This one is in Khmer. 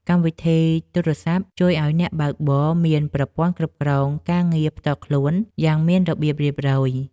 កម្មវិធីទូរសព្ទជួយឱ្យអ្នកបើកបរមានប្រព័ន្ធគ្រប់គ្រងការងារផ្ទាល់ខ្លួនយ៉ាងមានរបៀបរៀបរយ។